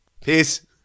Peace